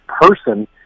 person